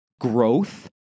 growth